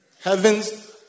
Heavens